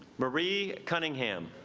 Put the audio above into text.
marie cunningham